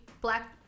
Black